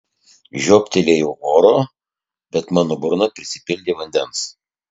žiobtelėjau oro bet mano burna prisipildė vandens